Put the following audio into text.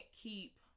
keep